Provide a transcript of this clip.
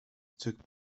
took